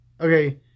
okay